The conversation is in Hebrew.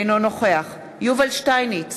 אינו נוכח יובל שטייניץ,